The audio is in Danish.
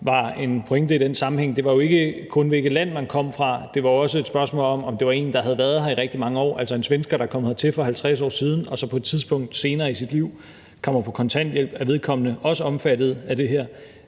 var jo, at det ikke kun handlede om, hvilket land man kom fra; det var også et spørgsmål om, om det var en, der havde været her i rigtig mange år, altså f.eks. en svensker, der er kommet hertil for 50 år siden, og som så på et tidspunkt senere i sit liv kommer på kontanthjælp – er vedkommende også omfattet af det her?